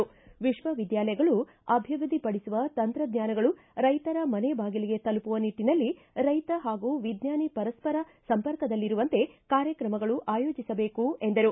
ವಿಶ್ವವಿದ್ಯಾಲಯಗಳು ಅಭಿವೃದ್ಧಿಪಡಿಸುವ ತಂತ್ರಜ್ಞಾನಗಳು ರೈತರ ಮನೆ ಬಾಗಿಲಿಗೆ ತಲುಪುವ ನಿಟ್ಟಿನಲ್ಲಿ ರೈತ ಹಾಗೂ ವಿಜ್ಞಾನಿ ಪರಸ್ಪರ ಸಂಪರ್ಕದಲ್ಲಿರುವಂತೆ ಕಾರ್ಯಕ್ರಮಗಳು ಆಯೋಜಿಸಬೇಕು ಎಂದರು